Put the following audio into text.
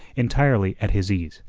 entirely at his ease,